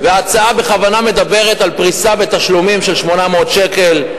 וההצעה בכוונה מדברת על פריסה בתשלומים של 800 שקל.